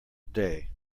day